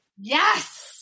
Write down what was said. Yes